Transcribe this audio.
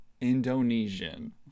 Indonesian